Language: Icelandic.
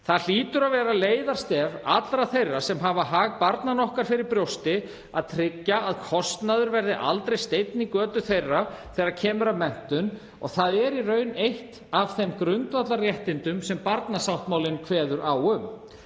Það hlýtur að vera leiðarstef allra þeirra sem hafa hag barnanna okkar fyrir brjósti að tryggja að kostnaður verði aldrei steinn í götu þeirra þegar kemur að menntun og þetta er í raun meðal þeirra grundvallarréttinda sem barnasáttmálinn kveður á um.